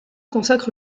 consacrent